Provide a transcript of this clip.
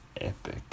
epic